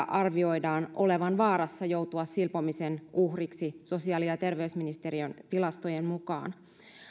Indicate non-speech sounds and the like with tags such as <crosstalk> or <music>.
<unintelligible> arvioidaan olevan vaarassa joutua silpomisen uhriksi sosiaali ja terveysministeriön tilastojen mukaan